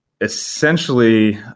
essentially